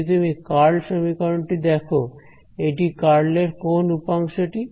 যদি তুমি কার্ল সমীকরণটি দেখো এটি কার্ল এর কোন উপাংশ টি